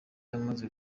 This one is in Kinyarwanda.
amaze